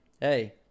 hey